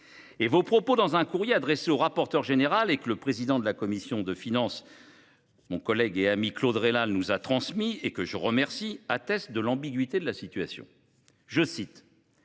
que vous tenez dans un courrier adressé au rapporteur général, que le président de la commission des finances, mon collègue et ami Claude Raynal, nous a transmis – je l’en remercie –, témoignent de l’ambiguïté de la situation. Je cite